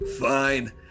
Fine